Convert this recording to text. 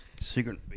Secret